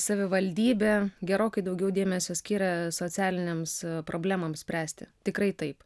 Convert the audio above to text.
savivaldybė gerokai daugiau dėmesio skiria socialinėms problemoms spręsti tikrai taip